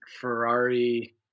Ferrari –